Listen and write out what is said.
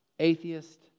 atheist